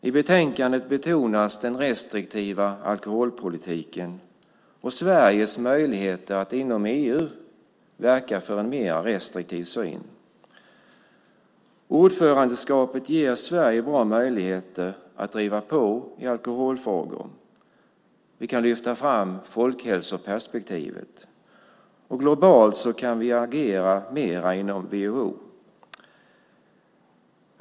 I betänkandet betonas den restriktiva alkoholpolitiken och Sveriges möjligheter att inom EU verka för en mer restriktiv syn. Ordförandeskapet ger Sverige bra möjligheter att driva på i alkoholfrågor. Vi kan lyfta fram folkhälsoperspektivet. Globalt kan vi agera mer inom WHO.